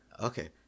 Okay